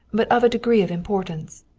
but of a degree of importance.